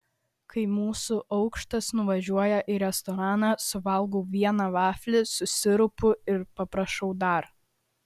kai mūsų aukštas nuvažiuoja į restoraną suvalgau vieną vaflį su sirupu ir paprašau dar